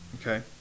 Okay